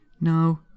No